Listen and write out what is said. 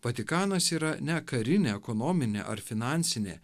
vatikanas yra ne karinė ekonominė ar finansinė